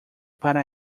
para